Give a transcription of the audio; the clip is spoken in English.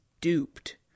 duped